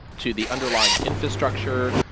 to the underlying infrastructure,